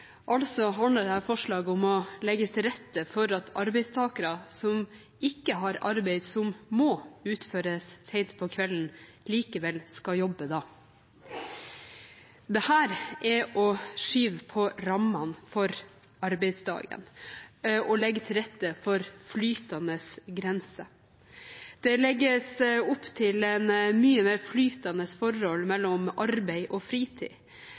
Altså handler dette forslaget om å legge til rette for at arbeidstakere som ikke har arbeid som må utføres sent på kvelden, likevel skal jobbe da. Dette er å skyve på rammene for arbeidsdagen og legge til rette for flytende grenser. Det legges opp til et mye mer flytende forhold mellom arbeid og fritid,